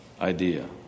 idea